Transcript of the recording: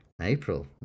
April